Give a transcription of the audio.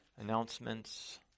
announcements